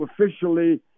officially